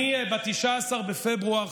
ב-19 בפברואר,